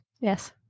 Yes